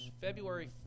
february